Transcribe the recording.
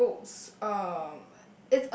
the books um